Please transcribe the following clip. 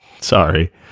Sorry